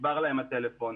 נשבר להם הטלפון.